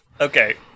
Okay